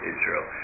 Israel